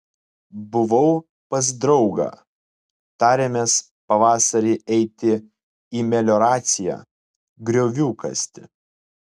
buvau pas draugą tarėmės pavasarį eiti į melioraciją griovių kasti